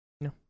No